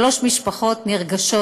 שלוש משפחות נרגשות,